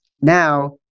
Now